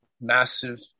massive